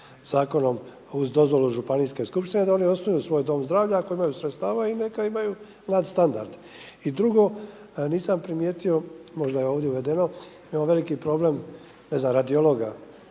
zakonom uz dozvolu Županijske skupštine da oni osnuju svoj dom zdravlja ako imaju sredstva i neka imaju mlad standard. I drugo, nisam primijetio, možda je ovdje navedeno, jedan veliki problem radiologa